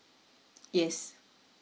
yes